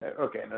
okay